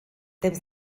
temps